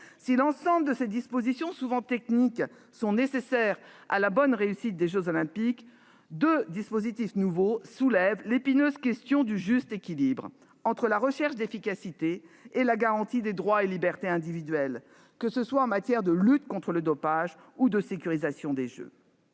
Si toutes ces dispositions, souvent techniques, sont nécessaires à la réussite des jeux Olympiques, deux dispositifs nouveaux soulèvent cependant l'épineuse question du juste équilibre entre la recherche d'efficacité et la garantie des droits et libertés individuelles, que ce soit en matière de lutte contre le dopage ou de sécurisation des jeux.